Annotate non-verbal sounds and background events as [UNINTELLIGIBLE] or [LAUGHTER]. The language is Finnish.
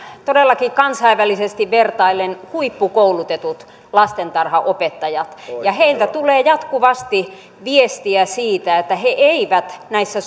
todellakin kansainvälisesti vertaillen huippukoulutetut lastentarhanopettajat ja heiltä tulee jatkuvasti viestiä siitä että he eivät näissä [UNINTELLIGIBLE]